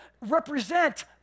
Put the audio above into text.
represent